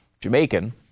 jamaican